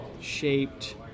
shaped